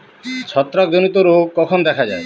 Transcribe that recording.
ছত্রাক জনিত রোগ কখন দেখা য়ায়?